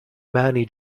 mani